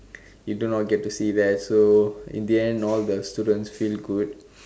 you do not get to see that so in the end all the students feel good